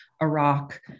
Iraq